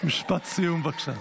משפט סיום בבקשה.